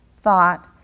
thought